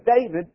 David